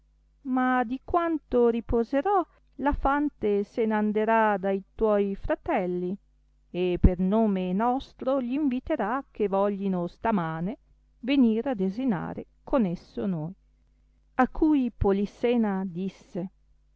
ma di quanto riposerò la fante se n'anderà da tuoi fratelli e per nome nostro gì inviterà che voglino sta mane venir a desinare con esso noi a cui polissena disse